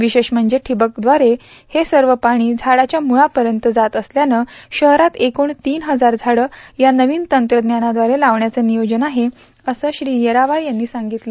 विशेष म्हणजे ठिंबकद्वारे हे सर्व पाणी म्राडाच्या मुळापर्यंत जात असल्यानं शहरात एकूण तीन हजार म्राड या नवीन तंत्रज्ञानाद्वारे लावण्याचं नियोजन आहे असं पालकमंत्र्यांनी सांगितलं